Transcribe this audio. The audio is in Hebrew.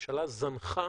שהממשלה זנחה